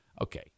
okay